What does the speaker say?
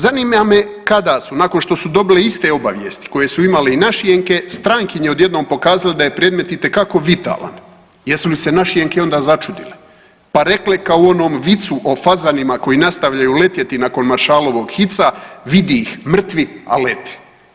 Zanima me kada su, nakon što su dobile iste obavijesti koje su imali i našijenke, strankinje odjednom pokazale da je predmet itekako vitalan, jesu li se našijenke onda začudile pa rekle kao u onom vicu o fazanima koji nastavljaju letjeti nakon maršalovog hica, vidi ih, mrtvi, a lete.